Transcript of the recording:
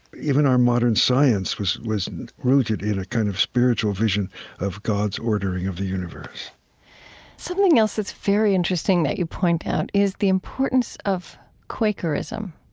even our modern science was was rooted in a kind of spiritual vision of god's ordering of the universe something else that's very interesting that you point out is the importance of quakerism,